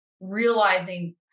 realizing